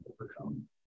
overcome